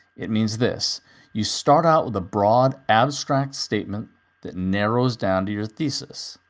it means this you start out with a broad abstract statement that narrows down to your thesis.